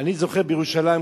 אני זוכר בירושלים,